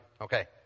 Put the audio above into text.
Okay